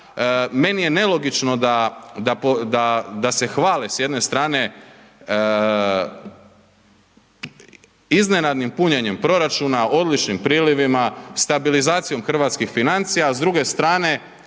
meni je nelogično da se hvale s jedne strane iznenadnim punjenjem proračuna, odličnim prilivima, stabilizacijom hrvatskih financija a s druge strane